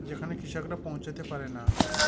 যেখানে কৃষকরা পৌঁছাতে পারে না